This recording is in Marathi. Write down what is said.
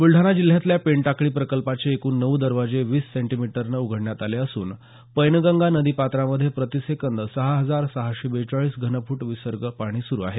बुलढाणा जिल्ह्यातल्या पेनटाकळी प्रकल्पाचे एकूण नऊ दरवाजे वीस सेंटीमीटरने उघडण्यात आले असून पैनगंगा नदीपात्रामध्ये प्रती सेकंद सहा हजार सहाशे बेचाळीस घनफूट विसर्ग सुरू आहे